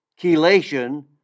Chelation